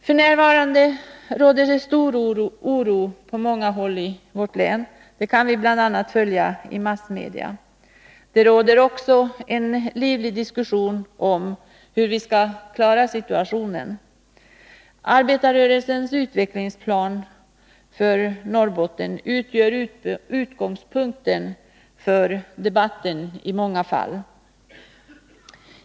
F.n. råder det stor oro på många håll i vårt län. Det kan vi bl.a. följa i Nr 61 massmedia. Det pågår också en livlig diskussion om hur vi skall klara Måndagen den situationen. Arbetarrörelsens utvecklingsplan för Norrbotten utgör utgångs 17 januari 1983 punkten för debatten i många fall.